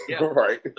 right